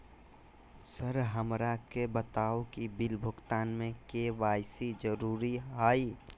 Sir हमरा के बताओ कि बिल भुगतान में के.वाई.सी जरूरी हाई?